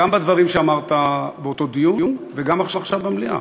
גם בדברים שאמרת באותו דיון וגם עכשיו במליאה.